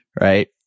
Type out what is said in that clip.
right